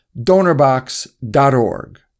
DonorBox.org